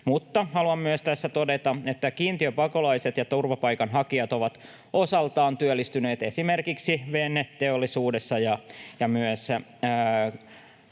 mutta haluan myös tässä todeta, että kiintiöpakolaiset ja turvapaikanhakijat ovat osaltaan työllistyneet esimerkiksi veneteollisuudessa ja myös